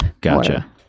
Gotcha